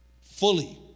fully